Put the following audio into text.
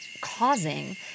causing